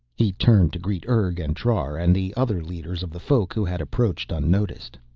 he turned to greet urg and trar and the other leaders of the folk, who had approached unnoticed.